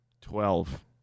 Twelve